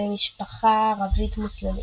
למשפחה ערבית-מוסלמית.